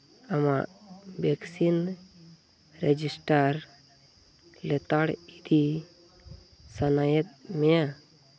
ᱟᱢᱟᱜ vaccine register ᱞᱮᱛᱟᱲ ᱤᱫᱤ ᱥᱟᱱᱟᱭᱮᱫ ᱢᱮᱭᱟ